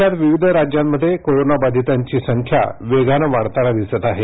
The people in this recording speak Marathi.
देशात विविध राज्यांमध्ये कोरोनाबाधितांची संख्या वेगानं वाढताना दिसत आहे